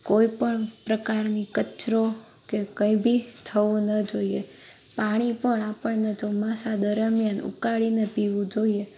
કોઈ પણ પ્રકારની કચરો કે કંઈ ભી જવો ન જોઈએ પાણી પણ આપણને ચોમાસા દરમિયાન ઉકાળીને પીવું જોઈએ